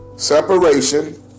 separation